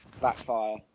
backfire